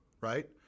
Right